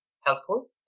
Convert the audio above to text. helpful